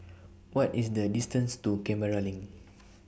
What IS The distance to Canberra LINK